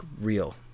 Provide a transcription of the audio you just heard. real